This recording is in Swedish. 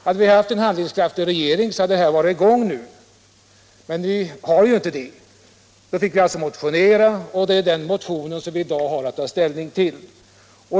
Hade vi haft en handlingskraftig regering så hade detta arbete varit i gång nu, men nu har vi inte en sådan regering. Därför måste vi motionera, och det är den motionen som vi i dag har att ta ställning till.